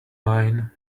mind